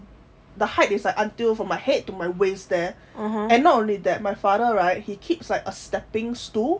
the height is like until from my head to my waist there and not only that my father right he keeps like uh stepping stool